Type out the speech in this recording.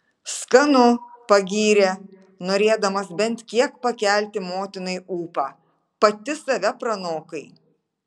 skanu pagyrė norėdamas bent kiek pakelti motinai ūpą pati save pranokai